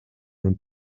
und